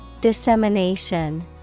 Dissemination